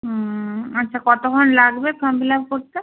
হুম আচ্ছা কতক্ষণ লাগবে ফর্ম ফিল আপ করতে